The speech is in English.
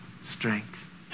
strength